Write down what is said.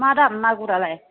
मा दाम मागुरालाय